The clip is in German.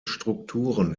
strukturen